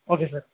okay sir